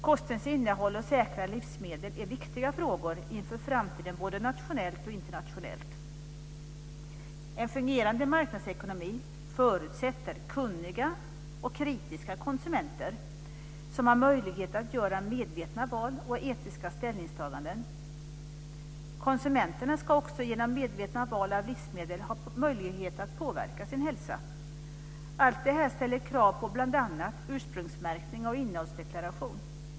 Kostens innehåll och säkra livsmedel är viktiga frågor inför framtiden både nationellt och internationellt. En fungerande marknadsekonomi förutsätter kunniga och kritiska konsumenter, som har möjlighet att göra medvetna val och etiska ställningstaganden. Konsumenterna ska också genom medvetna val av livsmedel ha möjlighet att påverka sin hälsa. Allt detta ställer krav på bl.a. ursprungsmärkning och innehållsdeklaration.